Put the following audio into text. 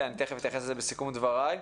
אתייחס לזה בסיכום דבריי.